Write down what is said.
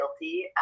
guilty